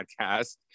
podcast